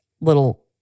little